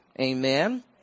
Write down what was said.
Amen